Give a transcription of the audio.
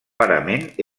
parament